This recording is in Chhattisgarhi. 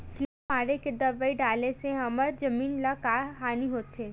किड़ा मारे के दवाई डाले से हमर जमीन ल का हानि होथे?